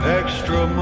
extra